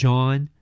John